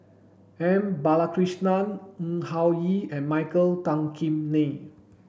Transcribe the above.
M Balakrishnan Ng Hing Yee and Michael Tan Kim Nei